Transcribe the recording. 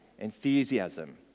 enthusiasm